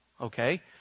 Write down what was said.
Okay